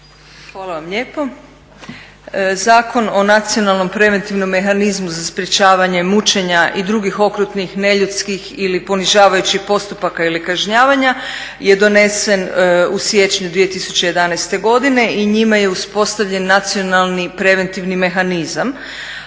Hvala lijepo. Zakon o nacionalnom preventivnom mehanizmu za sprečavanje mučenja i drugih okrutnih, neljudskih ili ponižavajućih postupaka ili kažnjavana je donesen u siječnju 2011. godine i njima je uspostavljen nacionalni preventivni mehanizam.